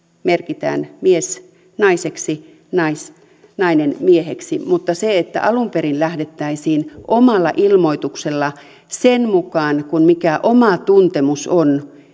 merkitään mies naiseksi nainen mieheksi mutta että alun perin lähdettäisiin omalla ilmoituksella sen mukaan mikä oma tuntemus on